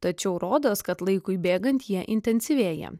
tačiau rodos kad laikui bėgant jie intensyvėja